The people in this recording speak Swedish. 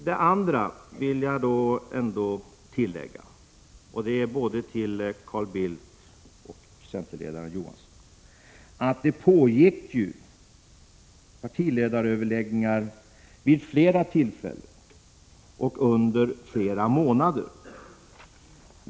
satta utveckling Jag tillägger — det gäller både Carl Bildt och centerledaren Johansson — att det pågick ju partiledaröverläggningar vid olika tillfällen och under flera månader.